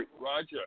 Roger